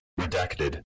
Redacted